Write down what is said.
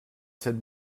cette